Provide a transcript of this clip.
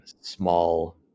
small